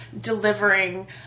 delivering